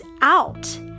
out